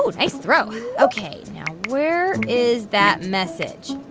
so nice throw. ok. now where is that message?